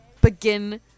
begin